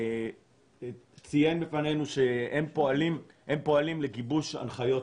ציין בפנינו שהם פועלים לגיבוש הנחיות